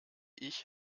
ich